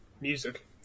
Music